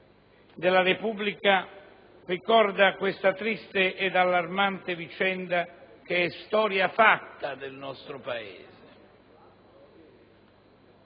della Repubblica ricorda questa triste ed allarmante vicenda che è storia fatta del nostro Paese.